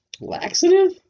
laxative